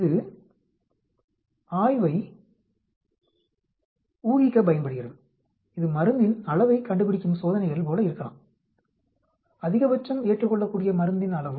இது ஆய்வை ஊகிக்கப் பயன்படுகிறது இது மருந்தின் அளவை கண்டுபிடிக்கும் சோதனைகள் போல இருக்கலாம் அதிகபட்சம் ஏற்றுக்கொள்ளக்கூடிய மருந்தின் அளவு